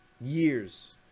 years